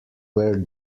where